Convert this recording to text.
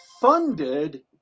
funded